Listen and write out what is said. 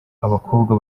abakobwa